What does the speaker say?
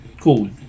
Cool